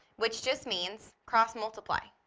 which just means cross-multiply.